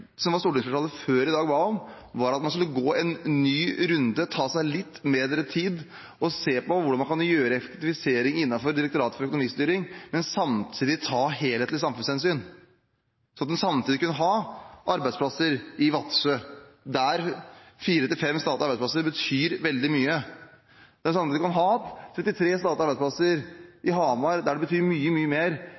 som var stortingsflertallet før i dag – ba om, var at man skulle gå en ny runde, ta seg litt bedre tid, og se på hvordan man kan effektivisere innenfor Direktoratet for økonomistyring, men samtidig ta helhetlig samfunnshensyn, sånn at en kunne ha arbeidsplassene i Vadsø, der fire–fem statlige arbeidsplasser betyr veldig mye. Det er det samme som at en kan ha 33 statlige arbeidsplasser i Hamar, der det betyr mye, mye mer